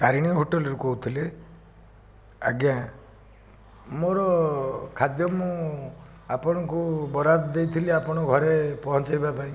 ତାରିଣୀ ହୋଟେଲରୁ କହୁଥିଲେ ଆଜ୍ଞା ମୋର ଖାଦ୍ୟ ମୁଁ ଆପଣଙ୍କୁ ବରାତ ଦେଇଥିଲି ଆପଣ ଘରେ ପହଞ୍ଚାଇବା ପାଇଁ